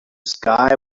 sky